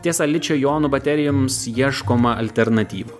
tiesa ličio jonų baterijoms ieškoma alternatyvų